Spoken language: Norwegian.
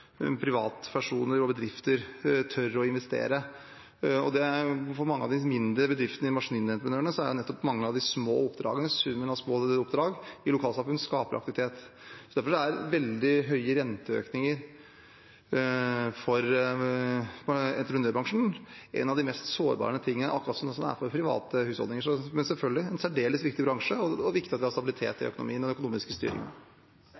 privatpersoner og bedrifter tør å investere. For mange av de mindre bedriftene i MEF er det nettopp mange av de små oppdragene, summen av små oppdragene i lokalsamfunnet, som skaper aktivitet. Derfor er veldig høye renteøkninger for entreprenørbransjen en av de mest sårbare tingene, akkurat som det er for private husholdninger. Det er selvfølgelig en særdeles viktig bransje, og det er viktig at vi har stabilitet